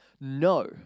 No